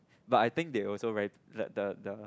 but I think they also very the the the